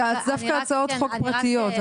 זה דווקא הצעות חוק פרטיות,